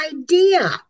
idea